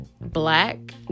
black